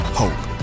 hope